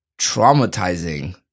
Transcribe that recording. traumatizing